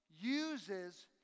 uses